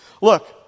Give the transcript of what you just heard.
Look